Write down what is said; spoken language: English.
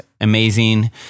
amazing